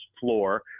floor